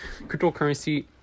Cryptocurrency